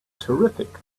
terrific